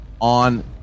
on